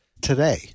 today